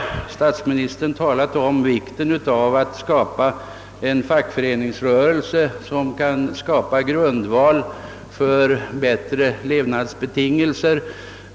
Statsministern har talat om betydelsen av att skapa en fackföreningsrörelse som kan bilda en grundval för bättre levnadsvillkor.